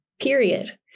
period